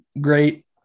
great